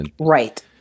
Right